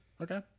Okay